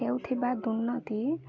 ହେଉ ଥିବା ଦୁର୍ନୀତି